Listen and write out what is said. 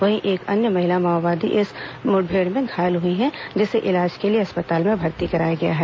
वहीं एक अन्य महिला माओवादी इस मुठभेड़ में घायल हुई है जिसे इलाज के लिए अस्पताल में भर्ती कराया गया है